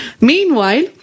Meanwhile